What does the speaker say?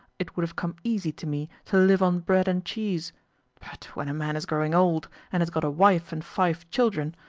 it would have come easy to me to live on bread and cheese but when a man is growing old, and has got a wife and five children,